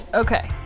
Okay